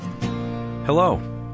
Hello